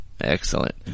Excellent